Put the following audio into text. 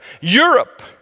Europe